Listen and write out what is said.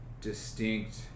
distinct